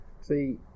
See